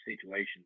situation